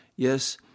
Yes